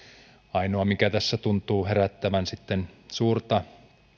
ainoa mikä tässä tuntuu herättävän suurta